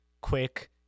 quick